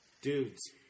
Dudes